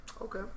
okay